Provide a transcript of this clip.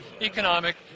economic